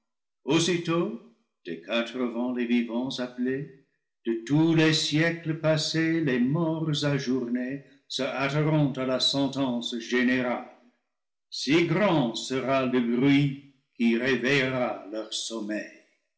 les vivants appelés de tous les siècles passés les morts ajournés se hâteront à la s'en tence générale si grand sera le bruit qui réveillera leur som